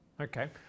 Okay